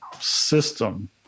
system